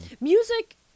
Music